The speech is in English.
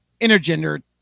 intergender